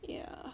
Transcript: yeah